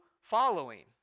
following